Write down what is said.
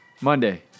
Monday